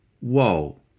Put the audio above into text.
whoa